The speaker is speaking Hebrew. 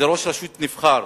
זה ראש רשות נבחר,